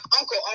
uncle